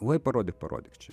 oi parodyk parodyk čia